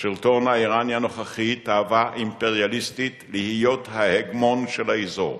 לשלטון האירני הנוכחי תאווה אימפריאליסטית להיות ההגמון של האזור.